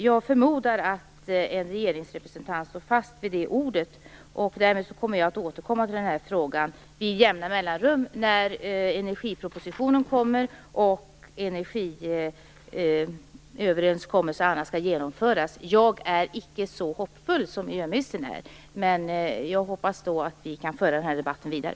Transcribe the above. Jag förmodar att en regeringsrepresentant står fast vid det ordet. Därmed kommer jag att återkomma till den här frågan med jämna mellanrum, när energipropositionen kommer och energiöverenskommelser och annat skall genomföras. Jag är icke så hoppfull som miljöministern är, men jag hoppas att vi kan föra den här debatten vidare.